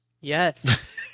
Yes